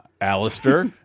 Alistair